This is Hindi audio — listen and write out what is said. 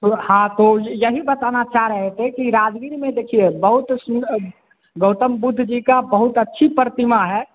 तो हाँ तो यही बताना चाह रहे थे कि राजगीर में देखिए बहुत सुंद गौतम बुद्ध जी का बहुत अच्छी प्रतिमा है